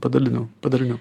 padalinių padarinių